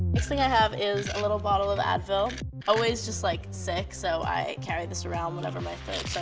this thing i have is a little bottle of advil. i'm always just like sick so i carry this around whenever my